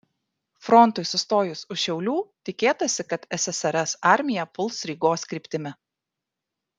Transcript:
frontui sustojus už šiaulių tikėtasi kad ssrs armija puls rygos kryptimi